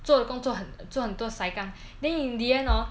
做的工作很做很多 saikang then in the end hor